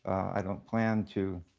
i don't plan to